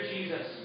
Jesus